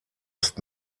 ist